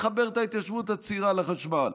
לחבר את ההתיישבות הצעירה לחשמל?